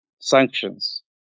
sanctions